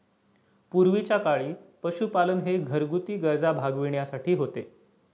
पूर्वीच्या काळी पशुपालन हे घरगुती गरजा भागविण्यासाठी होते